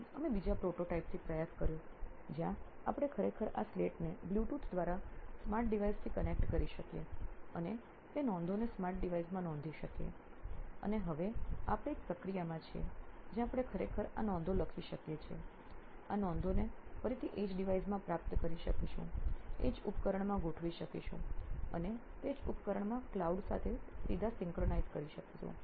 પછી અમે બીજા પ્રોટોટાઇપથી પ્રયાસ કર્યો જ્યાં આપણે ખરેખર આ સ્લેટને બ્લૂટૂથ દ્વારા સ્માર્ટ ડિવાઇસથી કનેક્ટ કરી શકીએ અને તે નોંધોને સ્માર્ટ ડિવાઇસમાં નોંધી શકીએ અને હવે આપણે એક પ્રક્રિયામાં છીએ જ્યાં આપણે ખરેખર આ નોંધો લખી શકીએ છીએ આ નોંધોને ફરીથી એ જ ડિવાઇસમાં પ્રાપ્ત કરી શકીશું એ જ ઉપકરણમાં ગોઠવી શકીશું અને તે જ ઉપકરણમાં cloud સાથે સીધા સિંક્રનાઇઝ કરી શકીશું